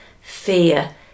fear